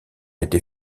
été